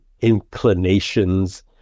inclinations